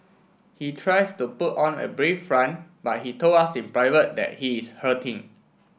he tries to put on a brave front but he told us in private that he is hurting